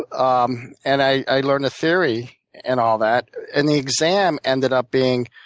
ah um and i learned a theory and all that. and the exam ended up being